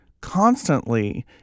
constantly